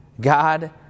God